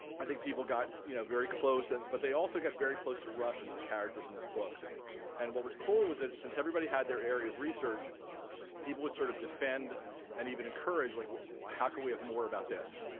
i think people got you know very close and but they also got very close to rush and the characters in this book and what was cool was it since everybody had their area of research people would sort of defend and even encourage like well how can we have more about this?